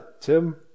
Tim